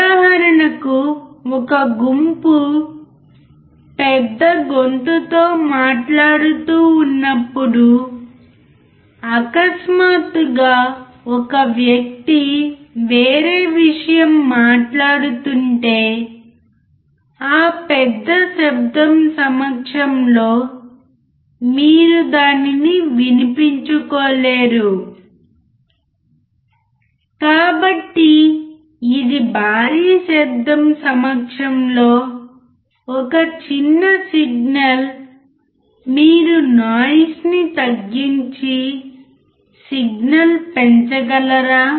ఉదాహరణకు ఒక గుంపు పెద్ద గొంతుతో మాట్లాడుతూ ఉన్నప్పుడు అకస్మాత్తుగా ఒక వ్యక్తి వేరే విషయం మాట్లాడుతుంటే ఆ పెద్ద శబ్దం సమక్షంలో మీరు దానిని వినిపించుకోలేరు కాబట్టి ఇది భారీ శబ్దం సమక్షంలో ఒక చిన్న సిగ్నల్ మీరు నాయిస్ ని తగ్గించి సిగ్నల్ పెంచగలరా